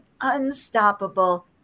unstoppable